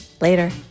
Later